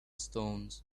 stones